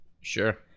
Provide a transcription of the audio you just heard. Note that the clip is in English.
Sure